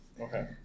Okay